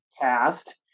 cast